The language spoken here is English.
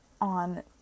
on